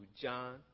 John